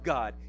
God